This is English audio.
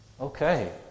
Okay